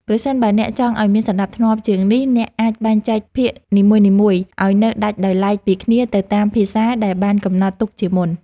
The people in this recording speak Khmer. ប្រសិនបើអ្នកចង់ឱ្យមានសណ្តាប់ធ្នាប់ជាងនេះអ្នកអាចបែងចែកភាគនីមួយៗឱ្យនៅដាច់ដោយឡែកពីគ្នាទៅតាមភាសាដែលបានកំណត់ទុកជាមុន។